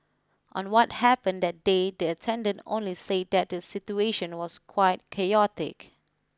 on what happened that day the attendant only say that the situation was quite chaotic